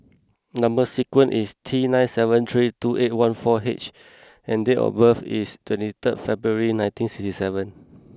number sequence is T nine seven three two eight one four H and date of birth is twenty third February nineteen sixty seven